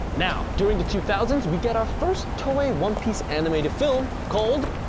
now during the two thousand s we get our first toei one piece animated film called.